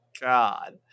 God